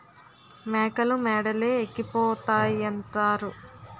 మేకలు మేడలే ఎక్కిపోతాయంతారు